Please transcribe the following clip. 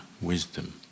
wisdom